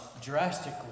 drastically